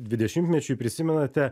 dvidešimtmečiui prisimenate